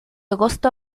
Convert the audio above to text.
agosto